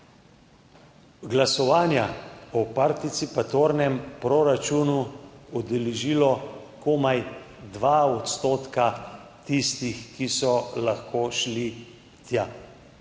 glasovanja o participativnem proračunu udeležilo komaj 2 % tistih, ki so lahko šli tja,